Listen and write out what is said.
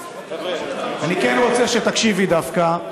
אני כן רוצה שתקשיבי, דווקא.